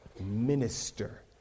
minister